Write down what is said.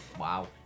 wow